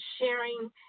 sharing